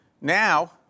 Now